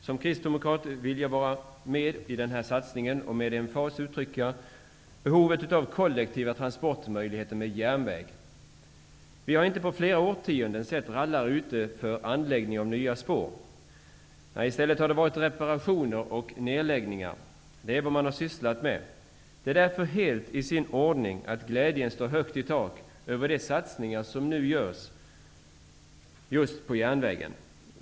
Som kristdemokrat vill jag vara med i den satsningen och med emfas uttrycka behovet av kollektiva transportmöjligheter med järnväg. Vi har inte på flera årtionden sett rallare ute för anläggning av nya spår. Nej, i stället har det varit reparationer och nedläggningar man har sysslat med. Det är därför helt i sin ordning att glädjen står högt i tak över de satsningar som nu görs just på järnvägen.